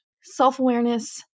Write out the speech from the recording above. self-awareness